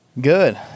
good